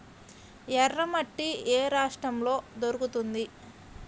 ఎర్రమట్టి ఏ రాష్ట్రంలో దొరుకుతుంది?